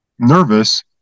Nervous